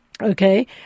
Okay